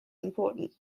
important